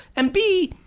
and b,